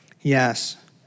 Yes